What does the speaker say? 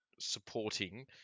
supporting